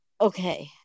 Okay